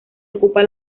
ocupa